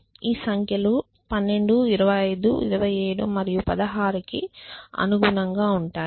ఈ సంఖ్యలు 12 25 27 మరియు 16 కి అనుగుణంగా ఉంటాయి